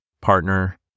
partner